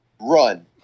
Run